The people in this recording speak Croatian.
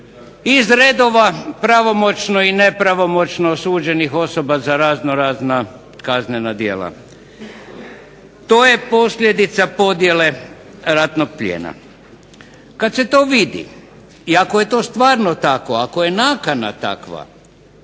iz redova pravomoćno i nepravomoćno osuđenih osoba za raznorazna kaznena djela. To je posljedica podjele ratnog plijena. Kada se to vidi i ako je to stvarno tako ako je nakana takva